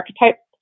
archetypes